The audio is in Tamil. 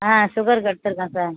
ஆ ஷுகருக்கு எடுத்துடுருக்கேன் சார்